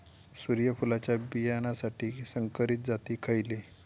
सूर्यफुलाच्या बियानासाठी संकरित जाती खयले?